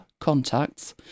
contacts